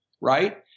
right